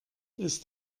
ist